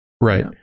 Right